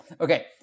Okay